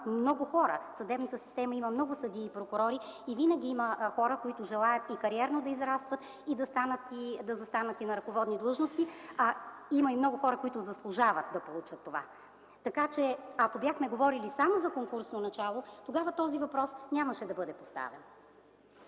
много хора. В съдебната система има много съдии и прокурори и винаги има хора, които желаят да израстват кариерно и да застанат на ръководни длъжности, а има и много хора, които заслужават да получат това. Така че ако бяхме говорили само за конкурсно начало, тогава този въпрос нямаше да бъде поставен.